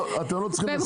שאתם לא צריכים לשים שקל.